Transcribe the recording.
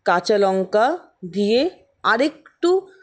কাঁচা লঙ্কা দিয়ে আরেকটু